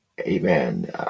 amen